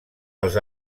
els